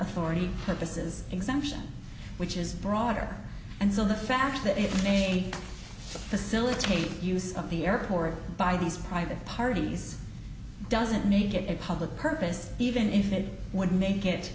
authority purposes exemption which is broader and so the fact that it may the silicate use of the airport by these private parties doesn't make it a public purpose even if it would make it